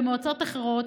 במועצות אחרות,